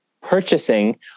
purchasing